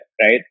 right